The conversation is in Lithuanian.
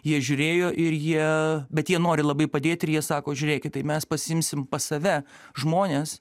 jie žiūrėjo ir jie bet jie nori labai padėt ir jie sako žiūrėkit tai mes pasiimsim pas save žmones